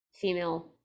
female